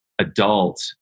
adult